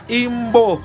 imbo